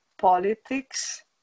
politics